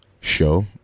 show